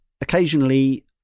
occasionally